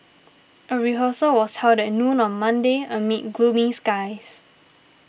a rehearsal was held at noon on Monday amid gloomy skies